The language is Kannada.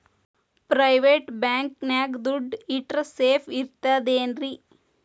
ಪ್ರೈವೇಟ್ ಬ್ಯಾಂಕ್ ನ್ಯಾಗ್ ದುಡ್ಡ ಇಟ್ರ ಸೇಫ್ ಇರ್ತದೇನ್ರಿ?